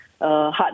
hard